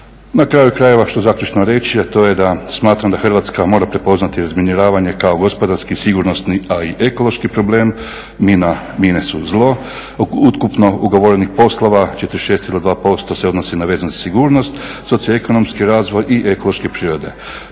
Na kraju krajeva, što zaključno reći a to je da smatram da Hrvatska mora prepoznati razminiravanje kao gospodarski, sigurnosni a i ekološki problem, mine su zlo. Od ukupno ugovorenih poslova 46,2% se odnosi na vezano za sigurnost, socioekonomski razvoj i ekološke prirode.